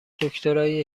دکترای